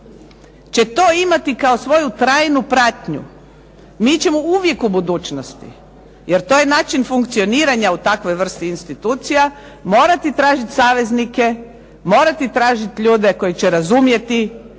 će to imati kao svoju trajnu pratnju. Mi ćemo uvijek u budućnosti jer to je način funkcioniranja u takvoj vrsti institucija, morati tražiti saveznike, morati tražiti ljude koji će razumjeti